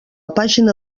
pàgina